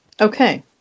okay